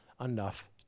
enough